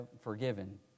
forgiven